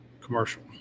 commercial